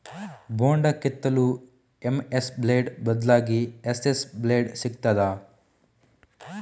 ಬೊಂಡ ಕೆತ್ತಲು MS blade ಬದ್ಲಾಗಿ ಎಸ್.ಎಸ್ ಬ್ಲೇಡ್ ಸಿಕ್ತಾದ?